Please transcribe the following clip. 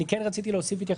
כן רציתי להוסיף התייחסות,